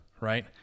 right